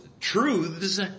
truths